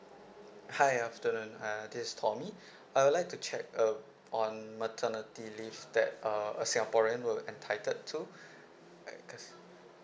hi afternoon uh this is tomy I would like to check uh on maternity leave that um a singaporean will entitled to cause